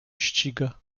ściga